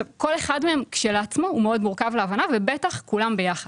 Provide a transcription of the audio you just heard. כל אחד מהם כשלעצמו הוא מאוד מורכב להבנה ובטח כולם ביחד.